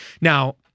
Now